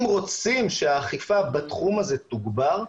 אם רוצים שהאכיפה בתחום הזה תוגבר,